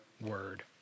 word